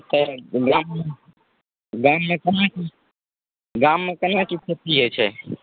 हँ गाममे गाममे केना की खेती होइत छै